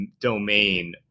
domain